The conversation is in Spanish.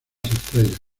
estrellas